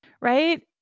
right